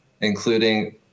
including